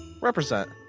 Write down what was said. represent